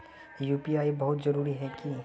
UPI बहुत जरूरी है की?